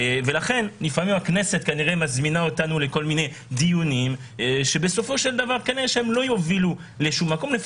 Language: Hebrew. לפעמים הכנסת מזמינה אותנו לדיונים שלא יובילו לשום מקום חקיקתי,